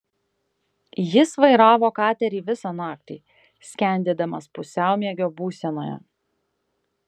jis vairavo katerį visą naktį skendėdamas pusiaumiegio būsenoje